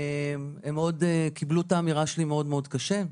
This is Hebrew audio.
הם קיבלו את האמירה שלי מאוד מאוד קשה.